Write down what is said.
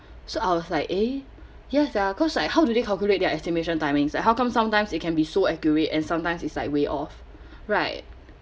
so I was like eh ya sia cause like how do they calculate their estimation timings like how come sometimes it can be so accurate and sometimes it's like way off right